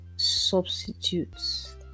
Substitutes